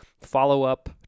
follow-up